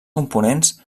components